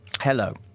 Hello